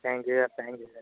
thank you thank you sir